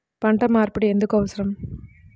పంట మార్పిడి ఎందుకు అవసరం?